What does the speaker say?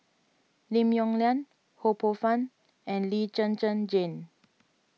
Lim Yong Liang Ho Poh Fun and Lee Zhen Zhen Jane